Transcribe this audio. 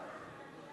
בטח, איזה שאלה.